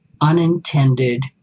unintended